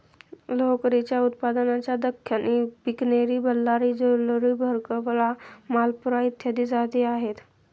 लोकरीच्या उत्पादनाच्या दख्खनी, बिकनेरी, बल्लारी, जालौनी, भरकवाल, मालपुरा इत्यादी जाती आहेत